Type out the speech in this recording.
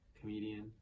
comedian